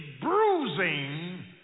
bruising